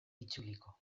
itzuliko